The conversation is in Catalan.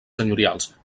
senyorials